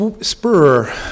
spur